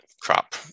crop